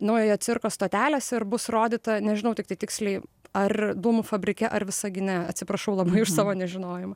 naujojo cirko stotelėse ir bus rodyta nežinau tiktai tiksliai ar dūmų fabrike ar visagine atsiprašau labai už savo nežinojimą